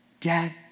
Dad